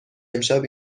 امشب